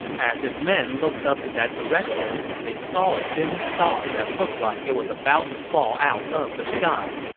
as his men looked up in that direction, they saw a dim star that looked like it was about to fall out of the sky.